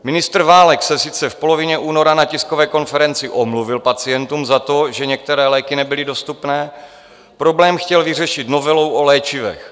Ministr Válek se sice v polovině února na tiskové konferenci omluvil pacientům za to, že některé léky nebyly dostupné, problém chtěl vyřešit novelou o léčivech.